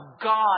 God